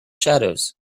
shadows